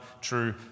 true